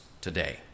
today